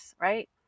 right